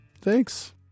thanks